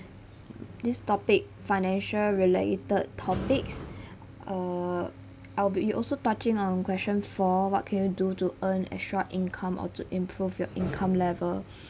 this topic financial related topics err I'll be also touching on question four what can you do to earn extra income or to improve your income level